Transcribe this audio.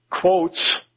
quotes